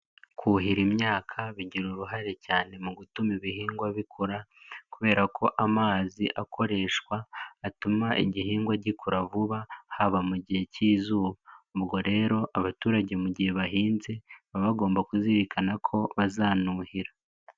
Kuhira imyaka bigira uruhare cyane mu gutuma ibihingwa bikura kubera ko amazi akoreshwa atuma igihingwa gikura vuba haba mu gihe k'izuba ubwo rero abaturage mu gihe bahinze baba bagomba kuzirikana ko bazanuhira.